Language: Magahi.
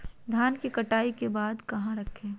धान के कटाई के बाद कहा रखें?